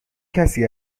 کسی